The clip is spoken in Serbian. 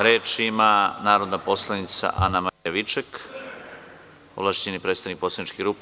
Reč ima narodni poslanik Anamarija Viček, ovlašćeni predstavnik poslaničke grupe.